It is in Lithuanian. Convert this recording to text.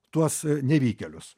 tuos nevykėlius